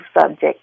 subject